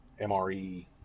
MRE